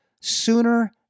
sooner